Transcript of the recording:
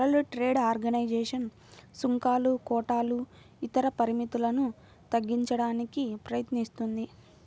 world trade organization సుంకాలు, కోటాలు ఇతర పరిమితులను తగ్గించడానికి ప్రయత్నిస్తుంది